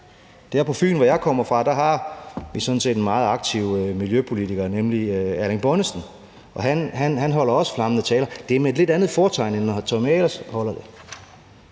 På Fyn, hvor jeg kommer fra, har vi sådan set en meget aktiv miljøpolitiker, nemlig Erling Bonnesen, og han holder også flammende taler. Det er med et lidt andet fortegn, end når hr. Tommy Ahlers holder taler.